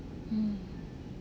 mm